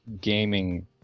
gaming